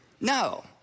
No